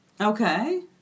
Okay